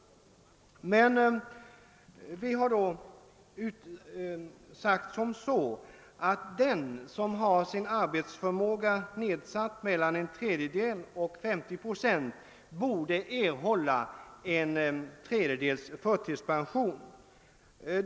Men vi har ansett att den som har sin arbetsförmåga nedsatt med mellan en tredjedel och 50 procent borde erhålla en tredjedels förtidspension.